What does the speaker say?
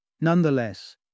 Nonetheless